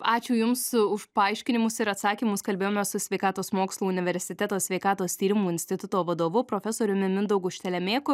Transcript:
ačiū jums už paaiškinimus ir atsakymus kalbėjome su sveikatos mokslų universiteto sveikatos tyrimų instituto vadovu profesoriumi mindaugu štelemėku